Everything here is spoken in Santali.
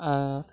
ᱟᱨ